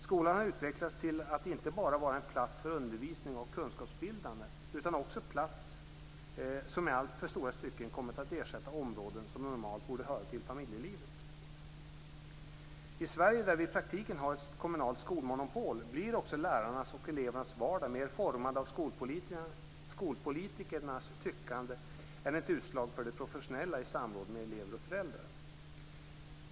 Skolan har utvecklats till att vara inte bara en plats för undervisning och kunskapsbildande utan också en plats som i alltför stora stycken kommit att ersätta områden som normalt borde höra till familjelivet. I Sverige, där vi i praktiken har ett kommunalt skolmonopol, blir också lärarnas och elevernas vardag mer formad av skolpolitikernas tyckande än ett utslag för det professionella i samråd med elever och föräldrar.